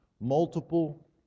multiple